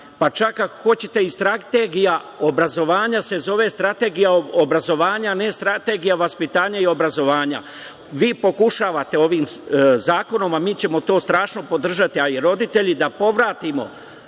pa čak ako hoćete i strategija obrazovanja se zove strategija obrazovanja, a ne strategija vaspitanja i obrazovanja. Vi pokušavate ovim zakonom, a mi ćemo to strašno podržati, a i roditelji, da povratimo